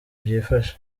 byifashe